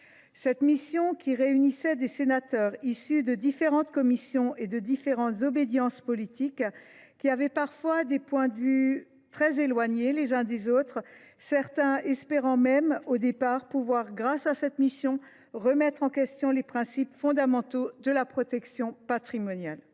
Cette mission d’information a réuni des sénateurs issus de différentes commissions et de différentes obédiences politiques, aux points de vue très éloignés les uns des autres. Certains espéraient même pouvoir, grâce à cette mission, remettre en question les principes fondamentaux de la protection patrimoniale.